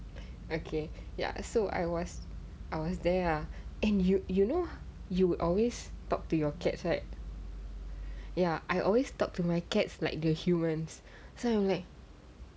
okay ya so I was I was there ah and you you know you always talk to your cats right ya I always talk to my cats like the humans so I'm like